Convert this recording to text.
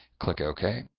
click ok.